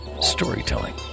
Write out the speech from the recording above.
storytelling